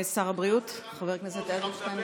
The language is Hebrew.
שר הבריאות חבר הכנסת אדלשטיין,